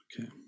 Okay